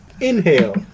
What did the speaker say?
Inhale